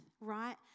right